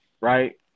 right